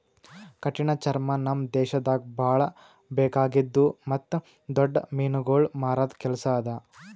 ಕಠಿಣ ಚರ್ಮ ನಮ್ ದೇಶದಾಗ್ ಭಾಳ ಬೇಕಾಗಿದ್ದು ಮತ್ತ್ ದೊಡ್ಡ ಮೀನುಗೊಳ್ ಮಾರದ್ ಕೆಲಸ ಅದಾ